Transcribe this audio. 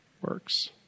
works